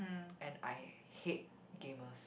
and I hate gamers